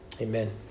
Amen